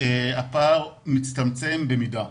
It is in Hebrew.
הפער מצטמצם במידה.